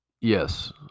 yes